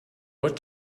what